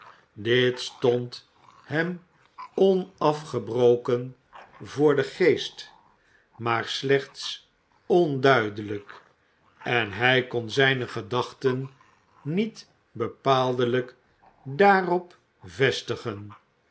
dit stond hem onafgebroken voor den geest maar slechts onduidelijk en hij kon zijne gedachten niet bepaaldelijk daarop vestigen